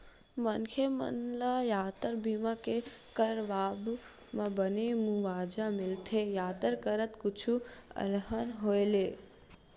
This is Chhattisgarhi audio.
मनखे मन ल यातर बीमा के करवाब म बने मुवाजा मिलथे यातर करत कुछु अलहन होय ले